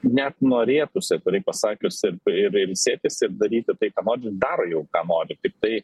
net norėtųsi atvirai pasakiusi ir ilsėtis ir daryti tai ką no daro jau ką nori tiktai